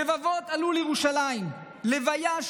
רבבות עלו לירושלים ללוויה,